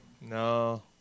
No